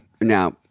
Now